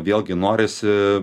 vėlgi norisi